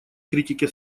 критики